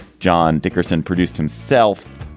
john dickerson produced himself.